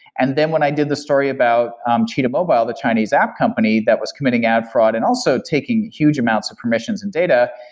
and then when i did the story about um cheetah mobile, the chinese app company that was committing ad fraud and also taking huge amounts of permissions and data,